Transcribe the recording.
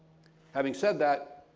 having said that,